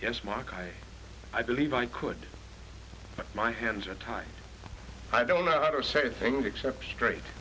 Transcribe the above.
yes mark i i believe i could but my hands are tied i don't know how to say a thing except straight